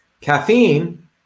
Caffeine